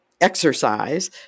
exercise